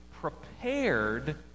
prepared